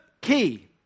key